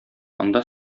анда